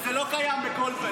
לא שר התקשורת,